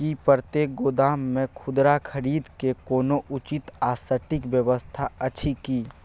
की प्रतेक गोदाम मे खुदरा खरीद के कोनो उचित आ सटिक व्यवस्था अछि की?